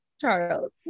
Charles